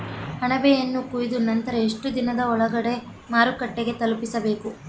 ಅಣಬೆಯನ್ನು ಕೊಯ್ದ ನಂತರ ಎಷ್ಟುದಿನದ ಒಳಗಡೆ ಮಾರುಕಟ್ಟೆ ತಲುಪಿಸಬೇಕು?